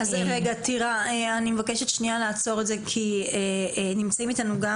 אני מבקשת לרגע לעצור את זה כי נמצאים אתנו גם